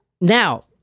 Now